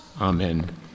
Amen